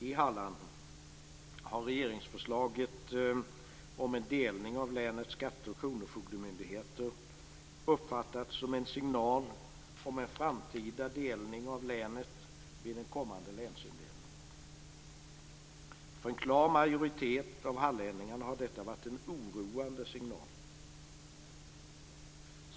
I Halland har regeringsförslaget om en delning av länets skatte och kronofogdemyndigheter uppfattats som en signal om en delning av länet i en framtida länsindelning. För en klar majoritet av hallänningarna har detta varit en oroande signal.